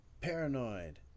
paranoid